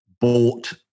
bought